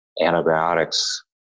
antibiotics